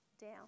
down